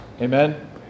Amen